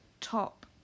top